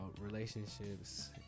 relationships